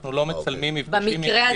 אנחנו לא מצלמים מפגשים עם קטינים.